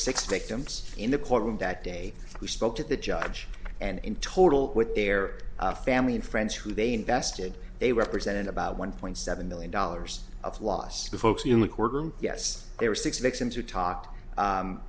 six victims in the courtroom that day we spoke to the judge and in total with their family and friends who they invested they represented about one point seven million dollars of lost the folks in the courtroom yes there were six victims who talk